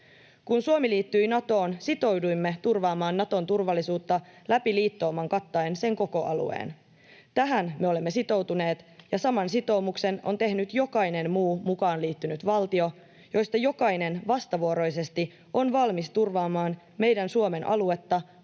Kun Suomi liittyi Natoon, sitouduimme turvaamaan Naton turvallisuutta läpi liittouman kattaen sen koko alueen. Tähän me olemme sitoutuneet, ja saman sitoumuksen on tehnyt jokainen muu mukaan liittynyt valtio, joista jokainen vastavuoroisesti on valmis turvaamaan meidän Suomen aluetta